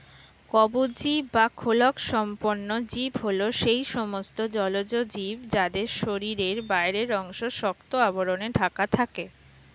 কবচী বা খোলকসম্পন্ন জীব হল সেই সমস্ত জলজ জীব যাদের শরীরের বাইরের অংশ শক্ত আবরণে ঢাকা থাকে